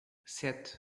sete